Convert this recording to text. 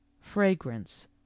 fragrance